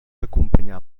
acompanyar